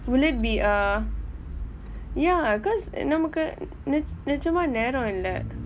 will it be uh ya because நம்மக்கு நிஜம் நிஜமா நேரம் இல்லை:nammakku nijam nijamaa neram illai